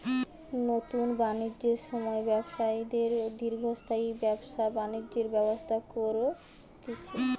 নুতন বাণিজ্যের সময়ে ব্যবসায়ীদের দীর্ঘস্থায়ী ব্যবসা বাণিজ্যের ব্যবস্থা কোরে দিচ্ছে